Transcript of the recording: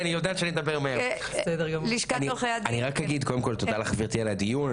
אני רק אגיד קודם כל תודה לך גברתי יושבת הראש על הדיון.